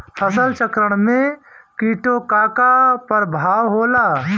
फसल चक्रण में कीटो का का परभाव होला?